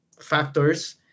factors